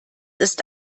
ist